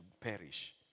perish